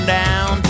down